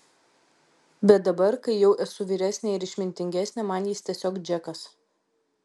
bet dabar kai jau esu vyresnė ir išmintingesnė man jis tiesiog džekas